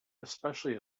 especially